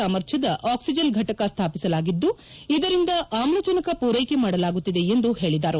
ಸಾಮರ್ಥ್ಯದ ಆಕ್ಸಿಜನ್ ಫಟಕ ಸ್ಥಾಪಿಸಲಾಗಿದ್ದು ಇದರಿಂದ ಆಮ್ಲಜನಕ ಪೂರೈಕೆ ಮಾಡಲಾಗುತ್ತಿದೆ ಎಂದು ಅವರು ಹೇಳಿದರು